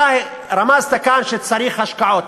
אתה רמזת כאן שצריך השקעות,